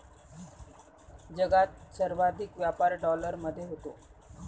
जगात सर्वाधिक व्यापार डॉलरमध्ये होतो